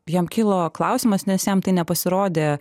jam kilo klausimas nes jam tai nepasirodė